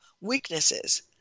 weaknesses